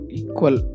equal